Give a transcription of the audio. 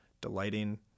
delighting